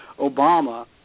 obama